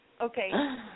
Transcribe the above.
Okay